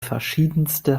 verschiedenste